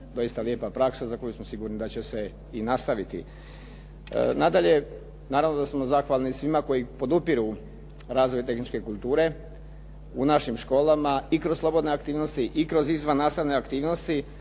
doista lijepa praksa za koju smo sigurni da će se i nastaviti. Nadalje, naravno da smo zahvalni i svima koji podupiru razvoj tehničke kulture u našim školama i kroz slobodne aktivnosti i kroz izvannastavne aktivnosti